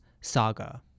Saga